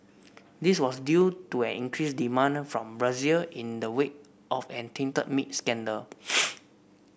this was due to an increased demand from Brazil in the wake of a tainted meat scandal